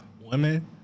women